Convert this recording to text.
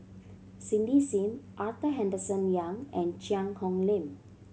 Cindy Sim Arthur Henderson Young and Cheang Hong Lim